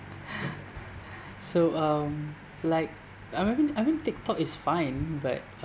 so um like I mean I mean tik tok is fine but